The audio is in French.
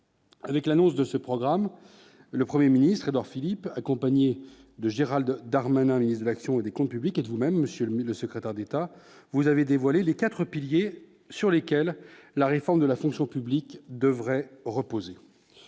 Avec l'annonce de ce programme le 1er ministre Édouard Philippe accompagné. De Gérald Darmanin, ministre de l'action et des Comptes publics et de vous-même Monsieur le le secrétaire d'État, vous avez dévoilé les 4 piliers sur lesquels la réforme de la fonction publique devrait reposer